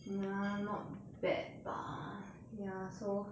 mm ya not bad bah ya so